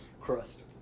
crust